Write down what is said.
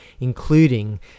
including